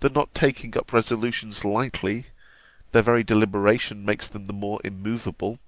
that not taking up resolutions lightly their very deliberation makes them the more immovable